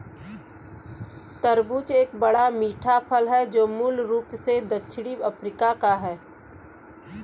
तरबूज एक बड़ा, मीठा फल है जो मूल रूप से दक्षिणी अफ्रीका का है